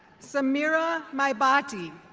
samira maybati.